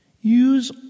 use